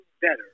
better